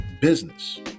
business